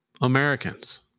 Americans